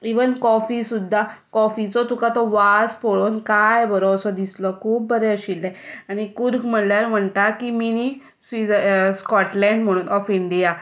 even coffee सुद्दां कॉफीचो तुका तो वास पळोवन कांय बरो सो दिसलो खूब बरें आशिल्लें आनी कूर्ग म्हणल्यार म्हणटा की मिनी स्विज स्कॉटलँड म्हणून ऑफ इंडिया